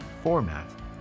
format